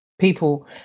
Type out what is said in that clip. people